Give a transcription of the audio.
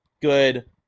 good